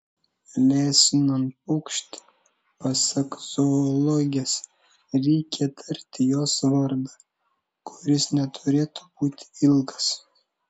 lesinant paukštį pasak zoologės reikia tarti jos vardą kuris neturėtų būti ilgas